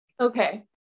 Okay